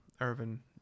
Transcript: Irvin